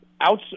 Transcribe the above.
out